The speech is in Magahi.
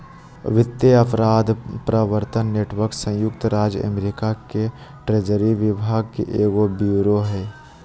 वित्तीय अपराध प्रवर्तन नेटवर्क संयुक्त राज्य अमेरिका के ट्रेजरी विभाग के एगो ब्यूरो हइ